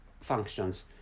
functions